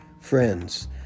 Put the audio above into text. friends